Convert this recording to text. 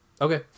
Okay